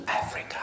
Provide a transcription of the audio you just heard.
Africa